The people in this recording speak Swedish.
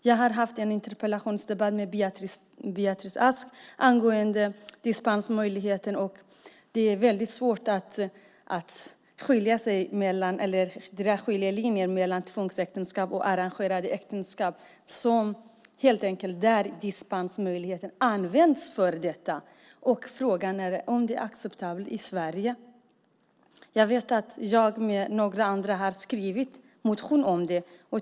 Jag har haft en interpellationsdebatt med Beatrice Ask angående dispensmöjligheten. Det är väldigt svårt att dra skiljelinjer när det gäller tvångsäktenskap och arrangerade äktenskap där dispensmöjligheten används för detta. Frågan är om det är acceptabelt i Sverige. Jag vet att jag och några andra har skrivit motioner om det.